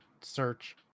search